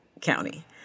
county